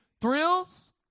thrills